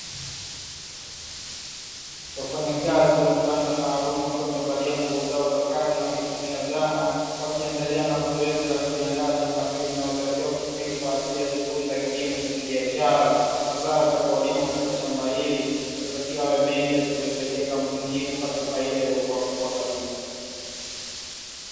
Wafanyakazi wa kiwanda maalumu wakiwa wamevalia nguo zao za kazi na wakitumia zana, wakiendelea na zoezi la kuliandaa shamba hili linalotarajiwa kutumika kwa ajili ya shughuli za kilimo cha kibiashara. Mazao yatakayolimwa katika shamba hili yatatakiwa yawe mengi yatakayoisaidia kampuni hii kupata faida iliyokuwa kubwa kabisa.